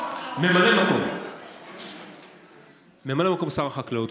ממלא מקום שר החקלאות.